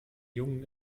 jungen